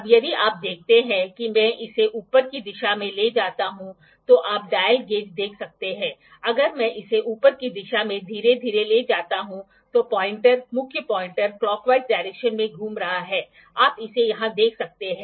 अब यदि आप देखते हैं कि मैं इसे ऊपर की दिशा में ले जाता हूं तो आप डायल गेज देख सकते हैं अगर मैं इसे ऊपर की दिशा में धीरे धीरे ले जाता हूं तो पॉइंटर मुख्य पॉइंटर क्लाकवाइज डायरेक्शन में घूम रहा है आप इसे यहां देख सकते हैं